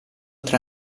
tra